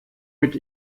mit